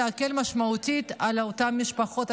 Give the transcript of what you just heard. להקל משמעותית על אותן משפחות,